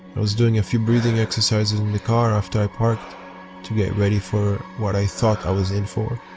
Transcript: i was doing a few breathing exercises in the car after i parked to get ready for what i thought i was in for.